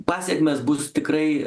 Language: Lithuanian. pasekmės bus tikrai